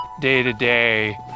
day-to-day